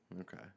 Okay